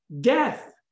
death